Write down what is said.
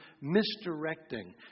misdirecting